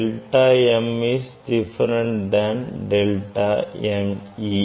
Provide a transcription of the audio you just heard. delta m 0 is different than delta m e